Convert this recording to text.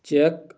check